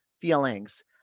feelings